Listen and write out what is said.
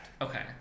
Okay